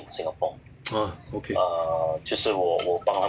ah okay